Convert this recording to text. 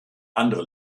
andere